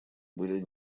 были